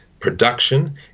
Production